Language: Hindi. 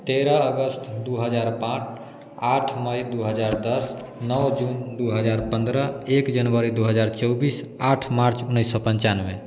तेरह अगस्त दो हज़ार आठ आठ मई दो हज़ार दस नौ जून दो हज़ार पन्द्रह एक जनवरी दो हज़ार चौबीस आठ मार्च उन्नीस सौ पंचानवे